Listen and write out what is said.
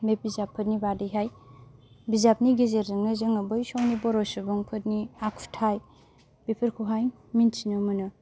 बे बिजाबफोरनि बागैहाय बिजाबनि गेजेरजोंनो जोंनो बै समनि बर' सुबुंफोरनि आखुथाइ बेफोरखौहाय मिन्थिनो मोनो